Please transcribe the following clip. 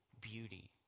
beauty